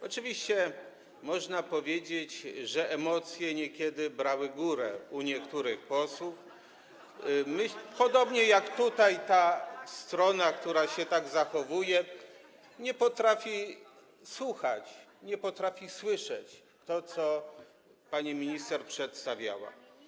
Oczywiście można powiedzieć, że emocje niekiedy brały górę u niektórych posłów - podobnie jak tutaj ta strona, która się tak zachowuje: nie potrafi słuchać, nie potrafi słyszeć tego, co pani minister przedstawiała.